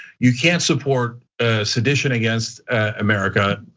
you can't support sedition against america,